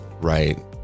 right